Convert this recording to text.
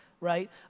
right